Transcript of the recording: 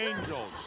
angels